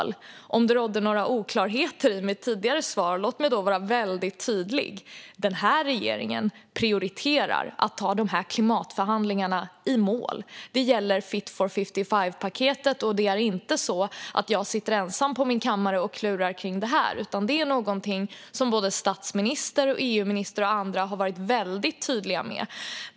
Låt mig, om det rådde några oklarheter i mitt tidigare svar, vara väldigt tydlig: Den här regeringen prioriterar att ta dessa klimatförhandlingar i mål, och det gäller även Fit for 55-paketet. Detta är inte heller någonting som jag sitter ensam på min kammare och klurar kring. Både statsministern och EU-ministern och även andra har varit väldigt tydliga med detta.